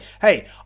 hey